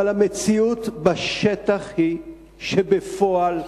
אבל המציאות בשטח היא שבפועל,